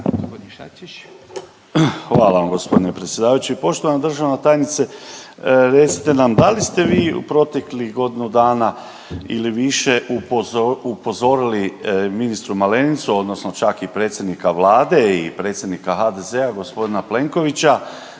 Hvala vam gospodine predsjedavajući. Poštovana državna tajnice, recite nam da li ste vi u proteklih godinu ili više upozorili ministru Malenicu odnosno čak i predsjednika Vlade i predsjednika HDZ-a gospodina Plenkovića